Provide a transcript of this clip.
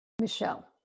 Michelle